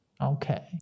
Okay